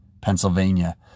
Pennsylvania